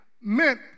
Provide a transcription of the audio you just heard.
meant